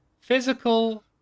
physical